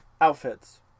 outfits